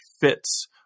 fits